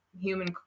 human